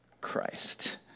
Christ